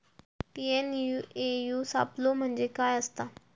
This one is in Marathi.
टी.एन.ए.यू सापलो म्हणजे काय असतां?